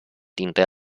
dintre